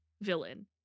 villain